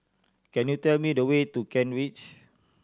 can you tell me the way to Kent Ridge